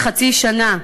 בחצי שנה.